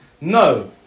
No